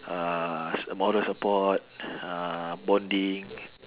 uh s~ moral support uh bonding